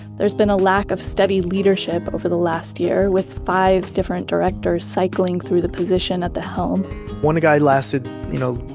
there's been a lack of steady leadership over the last year, with five different directors cycling through the position at the helm one guy lasted you know,